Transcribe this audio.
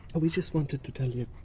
we just wanted to tell you